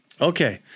Okay